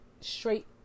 straight